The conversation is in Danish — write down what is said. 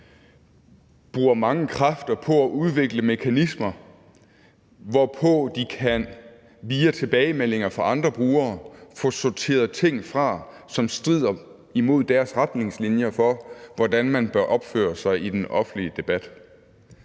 bruger mange kræfter på at udvikle mekanismer, hvormed de via tilbagemeldinger fra andre brugere kan få sorteret ting fra, som strider imod deres retningslinjer for, hvordan man bør opføre sig i den offentlige debat.